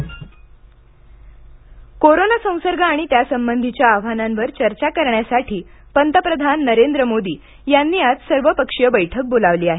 पंतप्रधान मोदी कोरोना संसर्ग आणि त्यासंबंधीच्या आव्हानांवर चर्चा करण्यासाठी पंतप्रधान नरेंद्र मोदी यांनी आज सर्व पक्षीय बैठक बोलावली आहे